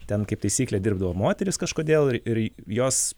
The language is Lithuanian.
ten kaip taisyklė dirbdavo moterys kažkodėl ir ir jos